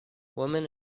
women